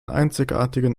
einzigartigen